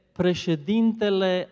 președintele